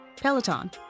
peloton